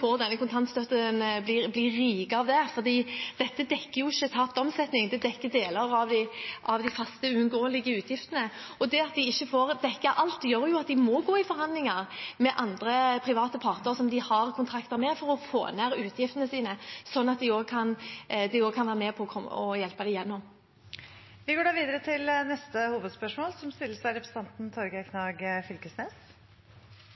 denne kontantstøtten, blir rike av det, for dette dekker jo ikke tapt omsetning, det dekker deler av de faste, uunngåelige utgiftene. Det at de ikke får dekket alt, gjør at de må gå i forhandlinger med private parter som de har kontrakter med, for å få ned utgiftene sine, så de også kan være med på å hjelpe dem igjennom. Vi går da videre til neste hovedspørsmål.